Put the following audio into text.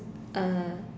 uh